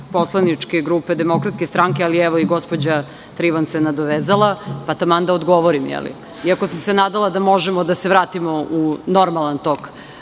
poslaničke grupe DS, ali evo i gospođa Trivan se nadovezala, pa taman da odgovorim, iako sam se nadala da možemo da se vratimo u normalan tok.